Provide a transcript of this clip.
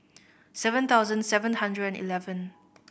seven thousand seven hundred eleven